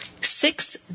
six